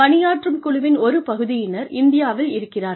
பணியாற்றும் குழுவின் ஒரு பகுதியினர் இந்தியாவில் இருக்கிறார்கள்